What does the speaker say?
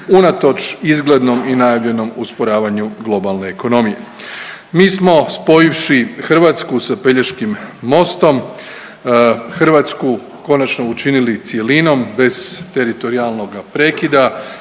unatoč izglednom i najavljenom usporavanju globalne ekonomije. Mi smo spojivši Hrvatsku sa Pelješkim mostom Hrvatsku konačno učinili cjelinom bez teritorijalnoga prekida.